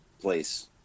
place